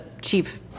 chief